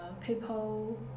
people